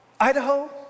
Idaho